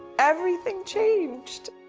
everything changed.